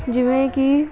ਜਿਵੇਂ ਕਿ